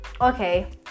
okay